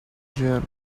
journey